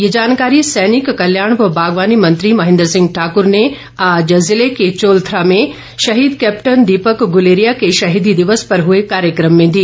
ये जानकारी सैनिक कल्याण व बागवानी मंत्री महेन्द्र सिंह ठाक्र ने आज जिले के चोलथरा में शहीद कैप्टन दीपक गुलेरिया के शहीदी दिवस पर हुए कार्यक्रम में दी